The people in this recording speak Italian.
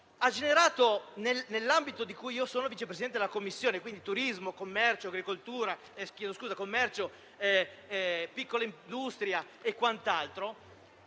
ha generato, nell'ambito di cui mi occupo da vicepresidente di Commissione (quindi turismo, commercio, piccola industria e quant'altro),